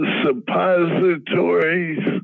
suppositories